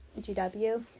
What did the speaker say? GW